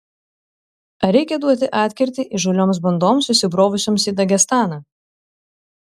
ar reikia duoti atkirtį įžūlioms bandoms įsibrovusioms į dagestaną